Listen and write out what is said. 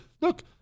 Look